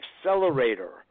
accelerator